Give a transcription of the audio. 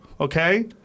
okay